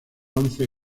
once